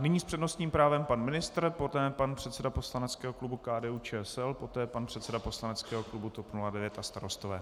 Nyní s přednostním právem pan ministr, poté pan předseda poslaneckého klubu KDUČSL, poté pan předseda poslaneckého klubu TOP 09 a Starostové.